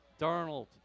Darnold